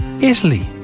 Italy